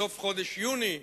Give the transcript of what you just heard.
בסוף חודש יוני,